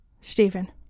Stephen